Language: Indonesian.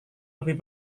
lebih